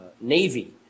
Navy